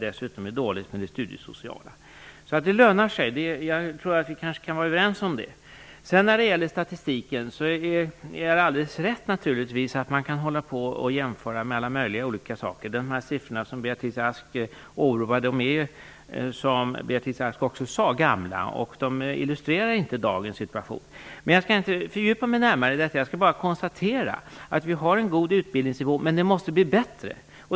Dessutom är det studiesociala systemet dåligt. Att det lönar sig att studera här tror jag att vi kan vara överens om. När det gäller statistiken är det naturligtvis riktigt att man kan göra jämförelser mellan alla möjliga olika saker. De siffror som Beatrice Ask åberopar är gamla, vilket Beatrice Ask också sade, och de illustrerar inte dagens situation. Men jag skall inte fördjupa mig närmare i detta. Jag konstaterar bara att vi har en god utbildningsnivå, men den måste bli bättre.